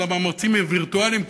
אבל המאמצים וירטואליים,